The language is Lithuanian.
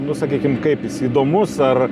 nu sakykim kaip jis įdomus ar